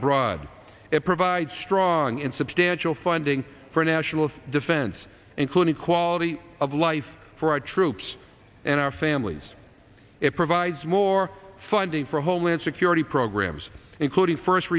abroad it provides strong in substantial funding for national defense including quality of life for our troops and our families it provides more funding for homeland security programs including first